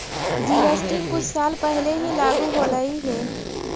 GST कुछ साल पहले ही लागू होलई हे